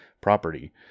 property